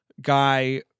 guy